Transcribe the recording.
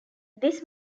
this